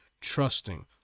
Trusting